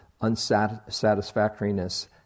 unsatisfactoriness